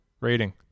Rating